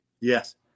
Yes